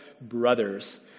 brothers